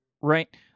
right